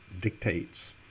dictates